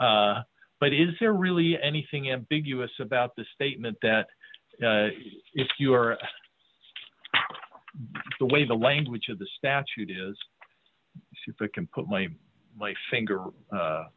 have but is there really anything ambiguous about the statement that if you are the way the language of the statute is she can put my finger